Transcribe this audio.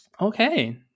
okay